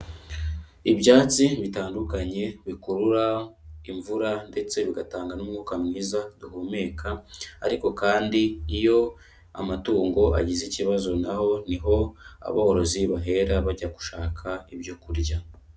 Ibyatsi bitandukanye bikurura imvura ndetse bigatanga n'umwuka mwiza duhumeka, ariko kandi iyo amatungo agize ikibazo naho, niho aborozi bahera bajya gushaka ibyo kurya.